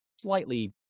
slightly